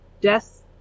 death